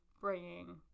bringing